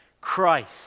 Christ